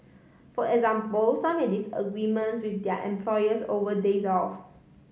for example some have disagreements with their employers over days off